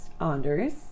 Anders